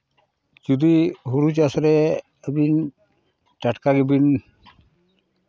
ᱡᱩᱫᱤ ᱦᱩᱲᱩ ᱪᱟᱥ ᱨᱮ ᱟᱹᱵᱤᱱ ᱴᱟᱴᱠᱟ ᱜᱮᱵᱤᱱ